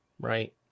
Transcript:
right